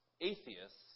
atheists